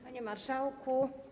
Panie Marszałku!